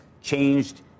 changed